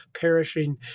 perishing